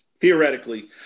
Theoretically